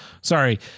sorry